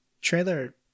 Trailer